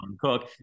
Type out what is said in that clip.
Cook